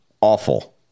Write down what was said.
awful